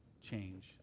change